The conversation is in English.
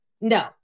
no